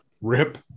Rip